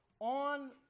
on